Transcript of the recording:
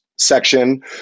section